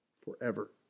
forever